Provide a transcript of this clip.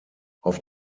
auf